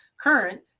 current